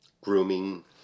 grooming